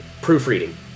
proofreading